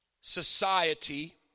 society